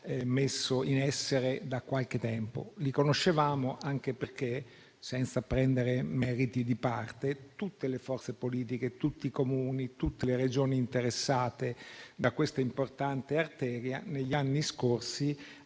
messo in essere da qualche tempo, anche perché, senza prendere meriti di parte, tutte le forze politiche, tutti i Comuni e tutte le Regioni interessate da questa importante arteria negli anni scorsi